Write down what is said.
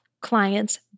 clients